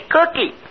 Cookie